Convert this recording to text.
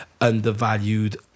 undervalued